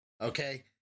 Okay